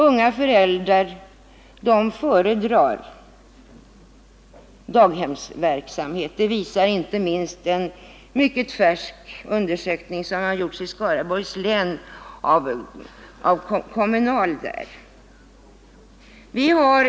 Unga föräldrar föredrar daghemsverksamhet. Det visar inte minst en mycket färsk undersökning som gjorts i Skaraborgs län av Kommunalarbetareförbundet där.